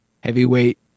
heavyweight